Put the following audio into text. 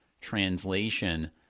translation